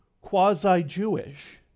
quasi-Jewish